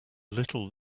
little